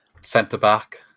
Centre-back